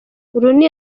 rooney